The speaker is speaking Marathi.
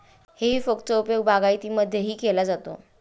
हेई फोकचा उपयोग बागायतीमध्येही केला जातो